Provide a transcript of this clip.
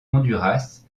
honduras